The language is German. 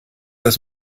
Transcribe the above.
das